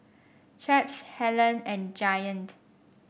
Chaps Helen and Giant